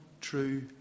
true